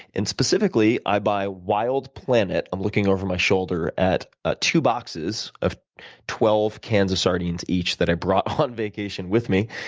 and, specifically, i buy wild planet. i'm looking over my shoulder at ah two boxes of twelve sardines each that i brought on vacation with me,